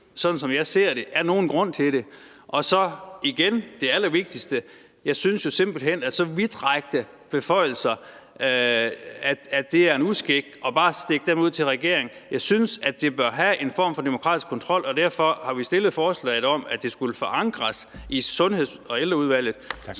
sådan som jeg ser det, er nogen grund til det. Og så igen det allervigtigste: Jeg synes jo simpelt hen, at det er en uskik bare at stikke så vidtrækkende beføjelser ud til regeringen. Jeg synes, at der må være en form for demokratisk kontrol, og derfor har vi stillet forslaget om, at det skulle forankres i Sundheds- og Ældreudvalget,